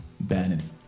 Bannon